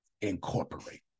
incorporate